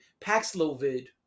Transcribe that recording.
Paxlovid